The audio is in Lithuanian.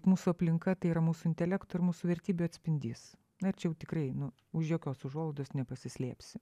mūsų aplinka tai yra mūsų intelekto ir mūsų vertybių atspindys na ir čia jau tikrai nu už jokios užuolaidos nepasislėpsi